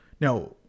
Now